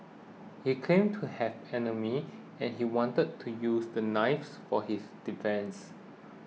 he claimed to have enemies and he wanted to use the knives for his defence